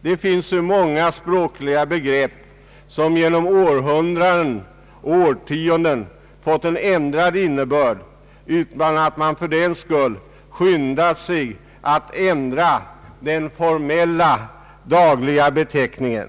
Det finns många språkliga begrepp som genom århundraden och årtionden fått en ändrad innebörd utan att man fördenskull skyndat sig att ändra den formella lagliga beteckningen.